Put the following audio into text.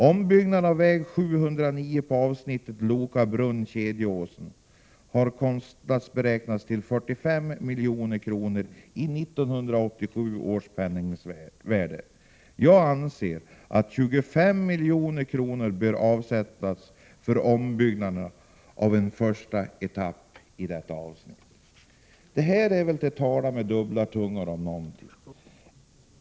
Ombyggnaden av väg 709 på avsnittet Loka brunn-Kedjeåsen har kostnadsberäknats till 45 milj.kr. i 1987 års penningvärde. Jag anser att 25 milj.kr. bör avsättas för ombyggnad av en första etapp av detta avsnitt.” Här talar man väl verkligen med kluven tunga.